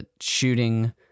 shooting